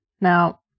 Now